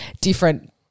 different